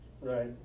right